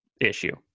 issue